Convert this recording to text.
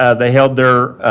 ah they held their